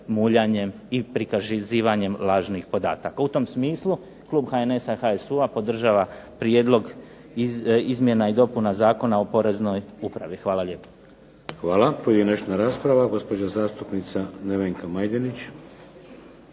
muljanjem i prikazivanjem lažnih podataka. U tom smislu klub HNS-a, HSU-a podržava Prijedlog izmjena i dopuna Zakona o poreznoj upravi. Hvala lijepo. **Šeks, Vladimir (HDZ)** Hvala. Pojedinačna rasprava, gospođa zastupnica Nevenka Majdenić.